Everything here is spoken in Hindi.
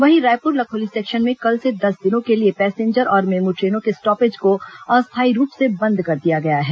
वहीं रायपुर लखोली सेक्शन में कल से दस दिनों के लिए पैसेंजर और मेमू ट्रेनों के स्टॉपेज को अस्थायी रूप से बंद कर दिया गया है